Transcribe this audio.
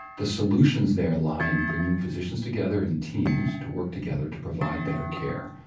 the solutions there lie in bringing physicians together in teams to work together to provide better care,